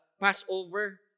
Passover